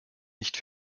nicht